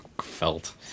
Felt